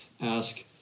ask